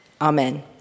Amen